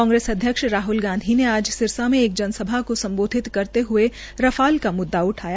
कांग्रेस अध्यक्ष राहल गांधी ने आज सिरसा में एक जनसभा को सम्बोधित करते हये रफाल का मुददा उठाया